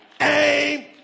aim